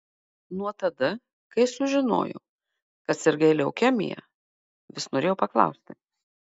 nuo tada kai sužinojau kad sirgai leukemija vis norėjau paklausti